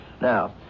Now